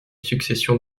succession